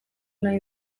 nahi